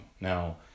Now